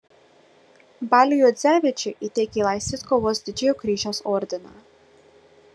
baliui juodzevičiui įteikė laisvės kovos didžiojo kryžiaus ordiną